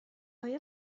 آیا